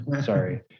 Sorry